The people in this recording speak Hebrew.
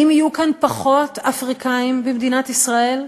האם יהיו כאן פחות אפריקנים, במדינת ישראל?